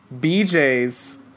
BJ's